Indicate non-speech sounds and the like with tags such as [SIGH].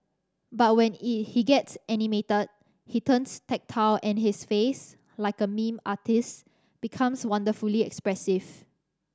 but when [UNINTELLIGIBLE] he gets animated he turns tactile and his face like a [UNINTELLIGIBLE] artist's becomes wonderfully expressive